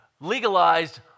legalized